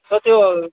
sir त्यो